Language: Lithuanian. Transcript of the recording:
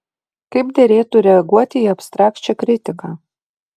kaip derėtų reaguoti į abstrakčią kritiką